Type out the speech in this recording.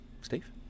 Steve